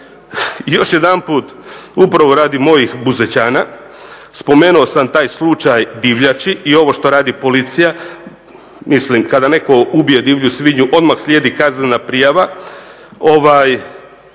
Još jedanput upravo radi mojih Buzećana. Spomenuo sam taj slučaj divljači i ovo što radi policija. Mislim kada netko ubije divlju svinju odmah slijedi kaznena prijava.